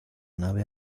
nave